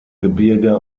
gebirge